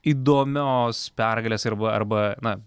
įdomios pergalės arba arba na